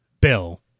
Bill